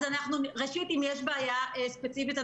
לבעיות נפשיות שולחים משטרה.